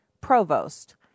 Provost